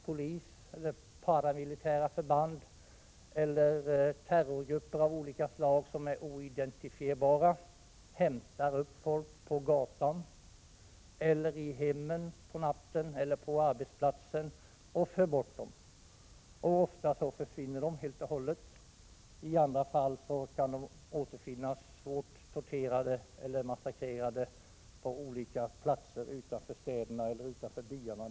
Polis, paramilitära förband eller terrorgrupper av olika slag som är oidentifierbara hämtar upp och för bort människor från gatan, i hemmen under natten eller på arbetsplatsen. Ofta försvinner dessa människor helt och hållet, i andra fall återfinns de svårt torterade eller massakrerade utanför de städer och byar där de har levat.